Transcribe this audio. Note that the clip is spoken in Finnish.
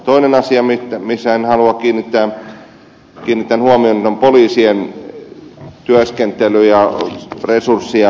toinen asia mihin haluan kiinnittää huomion on poliisien työskentely ja resurssi ja määrät